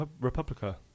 Republica